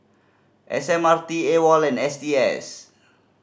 S M R T AWOL and S T S